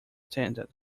attended